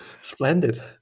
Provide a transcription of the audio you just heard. Splendid